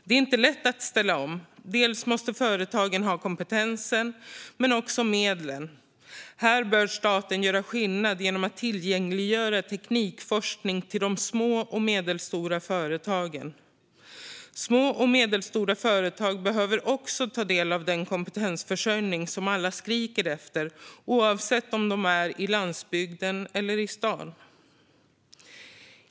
Det är inte lätt att ställa om. Företagen måste ha kompetensen men också medlen. Här bör staten göra skillnad genom att tillgängliggöra teknikforskning för de små och medelstora företagen. Små och medelstora företag behöver också ta del av den kompetensförsörjning som alla skriker efter, oavsett om de finns på landsbygden eller i stan.